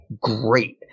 great